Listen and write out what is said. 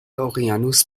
اقیانوس